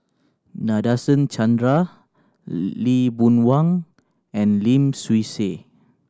Nadasen Chandra Lee Boon Wang and Lim Swee Say